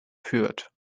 fürth